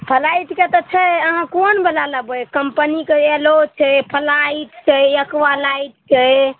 फ्लाइटके तऽ छै अहाँ कोन बला लेबै कम्पनीके एलो छै फ्लाइट छै एक्वा लाइट छै